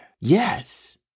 Yes